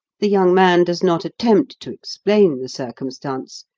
the young man does not attempt to explain the circumstance.